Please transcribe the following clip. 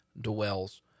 dwells